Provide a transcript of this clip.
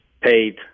paid